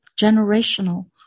generational